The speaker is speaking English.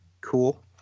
cool